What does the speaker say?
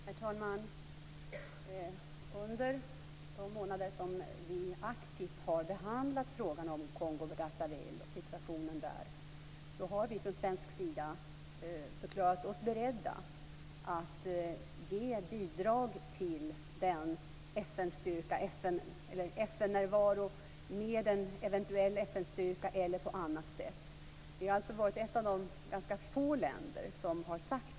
Herr talman! Under de månader som vi aktivt har behandlat frågan om Kongo-Brazzaville och situationen där har vi från svensk sida förklarat oss beredda att ge bidrag till en FN-närvaro, med en eventuell FN styrka. Vi har alltså varit ett av de ganska få länder som sagt det.